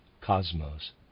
cosmos